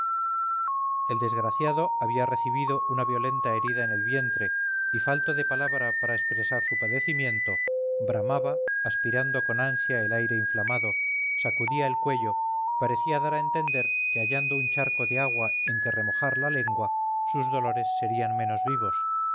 el desgraciado había recibido una violenta herida en el vientre y falto de palabra para expresar su padecimiento bramaba aspirando con ansia el aire inflamado sacudía el cuello parecía dar a entender que hallando un charco de agua en que remojar la lengua sus dolores serían menos vivos